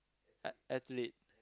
ath~ athlete